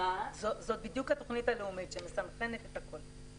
זאת בדיוק התוכנית הלאומית, שמסנכרנת את הכול.